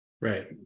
Right